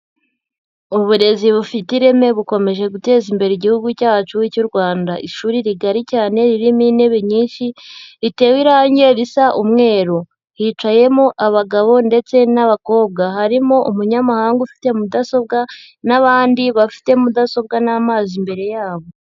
Uburezi bufite ireme bukomeje guteza imbere igihugu cyacu cy'u Rwanda. Ishuri rigari cyane ririmo intebe nyinshi, ritewe irangi risa umweru, hicayemo abagabo ndetse n'abakobwa, harimo umunyamahanga ufite mudasobwa n'abandi bafite mudasobwa n'amazi imbere yabo.